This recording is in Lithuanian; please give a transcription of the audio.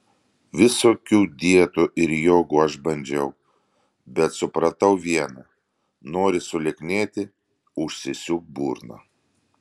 visokių dietų ir jogų aš bandžiau bet supratau viena nori sulieknėti užsisiūk burną